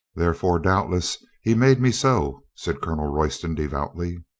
therefore, doubtless, he made me so, said colonel royston devoutly.